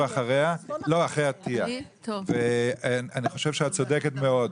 אני חושב שאת צודקת מאוד.